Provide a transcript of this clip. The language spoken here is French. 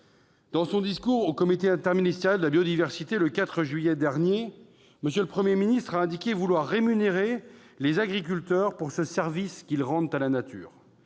écosystèmes. Lors du comité interministériel de la biodiversité, le 4 juillet dernier, M. le Premier ministre a indiqué vouloir rémunérer les agriculteurs pour ce service qu'ils rendent à la nature.